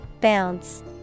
Bounce